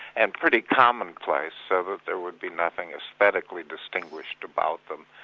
and pretty commonplace, so that there would be nothing aesthetically distinguished about them,